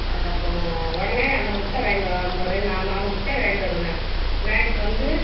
அதுக்கு அப்புறோம் உடனே அந்த முட்டை வாங்கிட்டு வா ரெண்டு நான் நாலு முட்டை வாங்கிட்டு வருவேன் வாங்கிட்டு வந்து